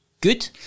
good